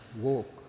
walk